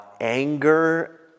anger